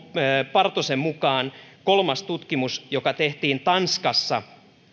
partosen mukaan kolmas tutkimus joka tehtiin tanskassa